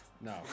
No